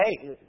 hey